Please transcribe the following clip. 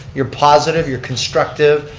you're positive, you're constructive,